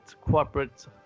corporate